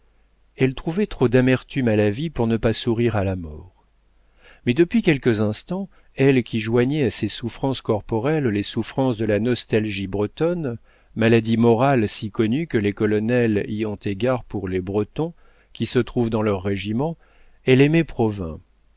elle trouvait trop d'amertume à la vie pour ne pas sourire à la mort mais depuis quelques instants elle qui joignait à ses souffrances corporelles les souffrances de la nostalgie bretonne maladie morale si connue que les colonels y ont égard pour les bretons qui se trouvent dans leurs régiments elle aimait